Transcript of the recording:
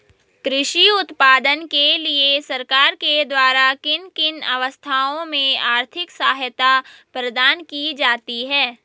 कृषि उत्पादन के लिए सरकार के द्वारा किन किन अवस्थाओं में आर्थिक सहायता प्रदान की जाती है?